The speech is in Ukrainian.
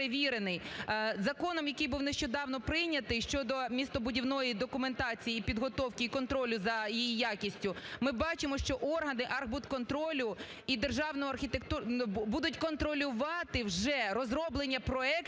Законом, який був нещодавно прийнятий: щодо містобудівної документації, і підготовки, і контролю за її якістю, - ми бачимо, що органи архбудконтролю будуть контролювати вже розроблення проектів